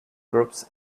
groups